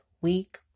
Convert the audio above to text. week